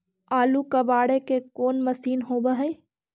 आलू कबाड़े के कोन मशिन होब है?